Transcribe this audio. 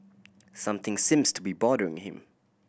something seems to be bothering him